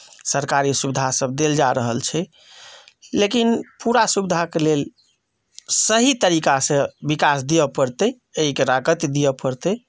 सरकारी सुविधासभ देल जा रहल छै लेकिन पूरा सुविधाके लेल सही तरीकासँ विकास दिअ पड़तै एकरा गति दिअ पड़तै